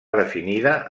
definida